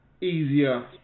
easier